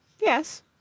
Yes